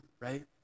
Right